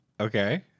Okay